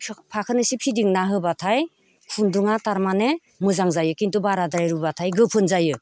फाखोनैसो फिदिंना होबाथाय खुन्दुङा तारमाने मोजां जायो किन्तु बाराद्राय रुबाथाय गोफोन जायो